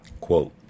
quote